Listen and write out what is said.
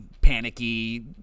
panicky